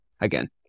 again